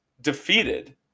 defeated